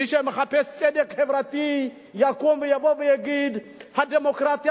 מי שמחפש צדק חברתי יקום ויבוא ויגיד: הדמוקרטיה